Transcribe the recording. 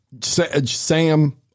Sam